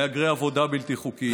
מהגרי עבודה בלתי חוקיים,